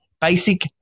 basic